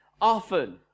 often